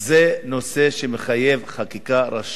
זה נושא שמחייב חקיקה ראשית,